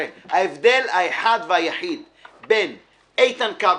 ההבדל האחד והיחיד בין איתן כבל,